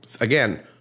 Again